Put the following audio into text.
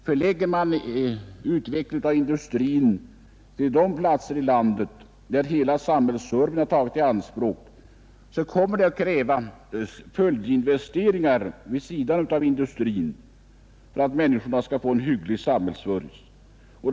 Förlägger man utvecklingen av industrin till de platser i landet där hela samhällsservicen tagits i anspråk kommer det att krävas följdinvesteringar vid sidan av industriinvesteringarna för att människorna skall få en hygglig samhällsservice.